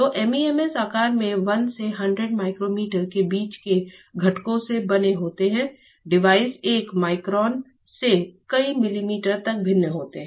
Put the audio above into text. तो MEMS आकार में 1 से 100 माइक्रोमीटर के बीच के घटकों से बने होते हैं डिवाइस एक माइक्रोन से कई मिलीमीटर तक भिन्न होते हैं